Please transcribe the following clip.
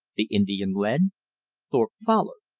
the indian led thorpe followed.